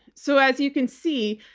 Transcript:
so as you can see,